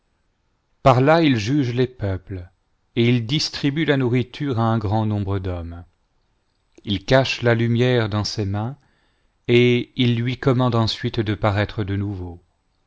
par là il juge les peuples et il distribue la nourriture à un grand nombre d'hommes il cache la lumière dans ses maina et il lui commande ensuite de paraître de nouveau